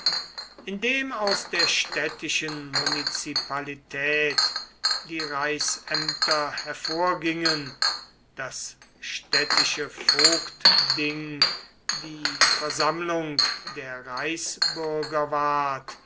indem aus der städtischen munizipalität die reichsämter hervorgingen das städtische vogtding die versammlung der reichsbürger ward